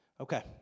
Okay